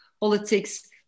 politics